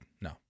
No